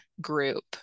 group